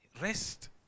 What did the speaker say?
Rest